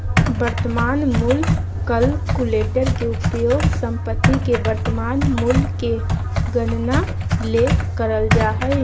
वर्तमान मूल्य कलकुलेटर के उपयोग संपत्ति के वर्तमान मूल्य के गणना ले कइल जा हइ